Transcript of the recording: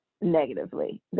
negatively